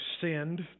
sinned